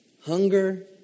Hunger